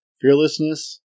Fearlessness